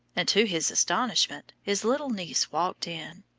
and, to his astonishment, his little niece walked in.